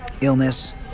illness